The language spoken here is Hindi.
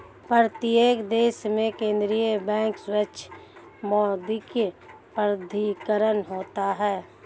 प्रत्येक देश में केंद्रीय बैंक सर्वोच्च मौद्रिक प्राधिकरण होता है